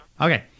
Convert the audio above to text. Okay